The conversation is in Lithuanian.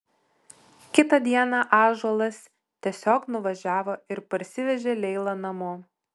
kitą dieną ąžuolas tiesiog nuvažiavo ir parsivežė leilą namo